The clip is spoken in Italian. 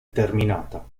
terminata